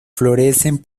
florecen